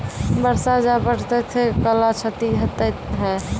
बरसा जा पढ़ते थे कला क्षति हेतै है?